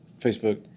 Facebook